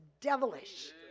devilish